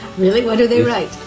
really? what do they write?